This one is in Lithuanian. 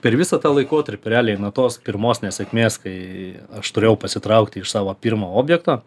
per visą tą laikotarpį realiai nuo tos pirmos nesėkmės kai aš turėjau pasitraukti iš savo pirmo objekto